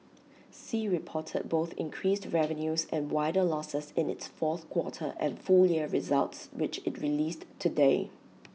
sea reported both increased revenues and wider losses in its fourth quarter and full year results which IT released today